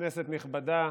כנסת נכבדה,